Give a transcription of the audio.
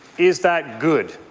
is that good?